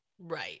Right